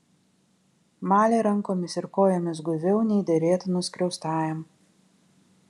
malė rankomis ir kojomis guviau nei derėtų nuskriaustajam